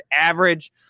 average